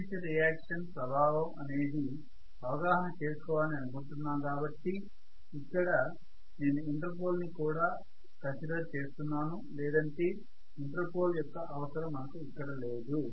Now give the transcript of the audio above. armature reaction ప్రభావం అనేది అవగాహన చేసుకోవాలని అనుకుంటున్నాం కాబట్టి ఇక్కడ నేను ఇంటర్ పోల్ ని కూడా కన్సిడర్ చేస్తున్నాను లేదంటే ఇంటర్ పోల్ యొక్క అవసరం మనకు ఇక్కడ లేదు